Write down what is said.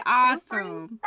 awesome